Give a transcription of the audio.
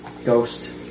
Ghost